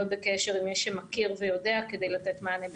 בקשר עם מי שמכיר ויודע כדי לתת מענה ביחד.